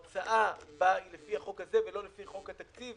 ההוצאה בה היא לפי החוק הזה ולא לפי חוק התקציב